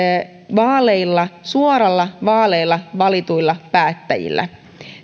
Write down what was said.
vaaleilla suoralla vaalilla valituilla päättäjillä